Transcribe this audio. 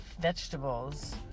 vegetables